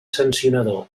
sancionador